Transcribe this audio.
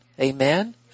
Amen